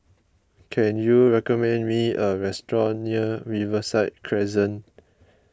can you recommend me a restaurant near Riverside Crescent